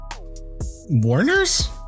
Warner's